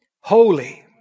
holy